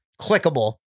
clickable